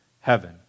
heaven